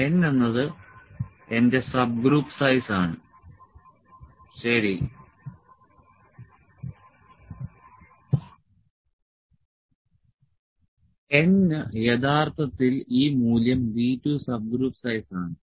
n എന്നത് എന്റെ subgroup size ആണ് ശരി n യഥാർത്ഥത്തിൽ ഈ മൂല്യം B2 സബ്ഗ്രൂപ്പ് സൈസ് ആണ്